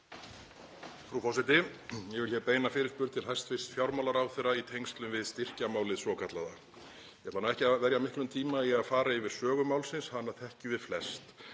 Frú forseti. Ég vil beina fyrirspurn til hæstv. fjármálaráðherra í tengslum við styrkjamálið svokallaða. Ég ætla nú ekki að verja miklum tíma í að fara yfir sögu málsins, hana þekkjum við flest.